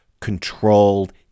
controlled